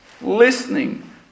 Listening